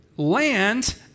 land